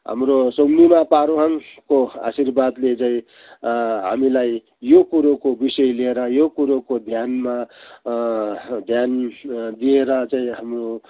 हाम्रो सुम्निमा पारूहाङको आशीर्वादले चाहिँ हामीलाई यो कुरोको विषय लिएर यो कुरोको ध्यानमा ध्यान दिएर चाहिँ हाम्रो